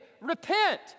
Repent